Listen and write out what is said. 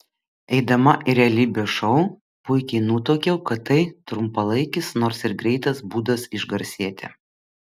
eidama į realybės šou puikiai nutuokiau kad tai trumpalaikis nors ir greitas būdas išgarsėti